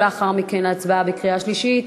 ולאחר מכן להצבעה בקריאה שלישית.